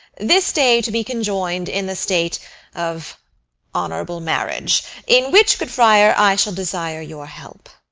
this day to be conjoin'd in the state of honourable marriage in which, good friar, i shall desire your help.